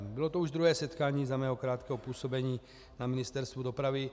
Bylo to už druhé setkání za mého krátkého působení na Ministerstvu dopravy.